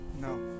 No